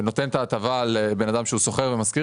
שנותן את ההטבה לבן אדם ששוכר ומשכיר,